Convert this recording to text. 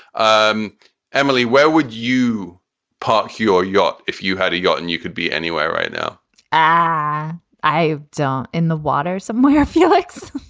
um emily, where would you park your yacht if you had a yacht and you could be anywhere right now um i am in the water somewhere, felix